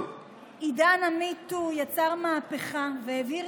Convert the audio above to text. לא הבנתי